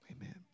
Amen